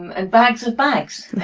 and bags of bags.